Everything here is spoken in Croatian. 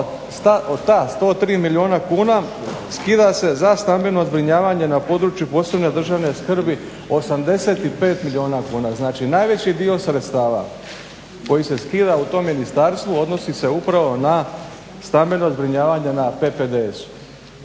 od ta 103 milijuna kuna skida se za stambeno zbrinjavanje na području od posebne državne skrbi 85 milijuna kuna. Znači najveći dio sredstava koji se skida u tom ministarstvu odnosi se upravo na stambeno zbrinjavanje na PPDS-u.